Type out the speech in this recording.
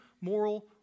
moral